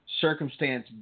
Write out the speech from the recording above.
circumstance